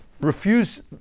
refuse